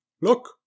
Look